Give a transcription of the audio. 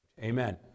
Amen